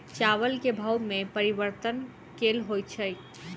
चावल केँ भाव मे परिवर्तन केल होइ छै?